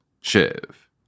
Shiv